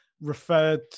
referred